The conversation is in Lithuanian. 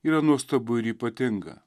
yra nuostabu ir ypatinga